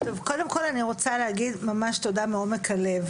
קודם כל אני רוצה להגיד ממש תודה מעומק הלב,